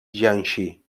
jiangxi